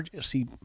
see